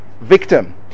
victim